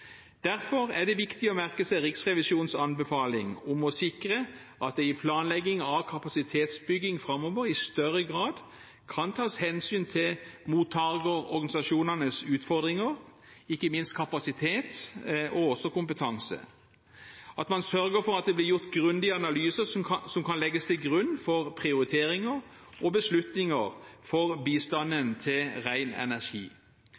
Derfor er det viktig å merke seg Riksrevisjonens anbefaling om å sikre at det i planlegging av kapasitetsbygging framover i større grad kan tas hensyn til mottakerorganisasjonenes utfordringer, ikke minst kapasitet, og også kompetanse, at man sørger for at det blir gjort grundige analyser, som kan legges til grunn for prioriteringer og beslutninger for bistanden til ren energi.